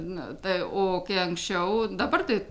na tai o kai anksčiau dabar tai